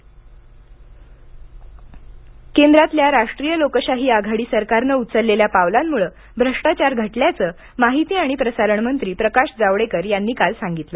जावडकर केंद्रातल्या राष्ट्रीय लोकशाही आघाडी सरकारनं उचललेल्या पावलांमुळं भ्रष्टाचार घटल्याचं माहिती आणि प्रसारण मंत्री प्रकाश जावडेकर यांनी काल सांगितलं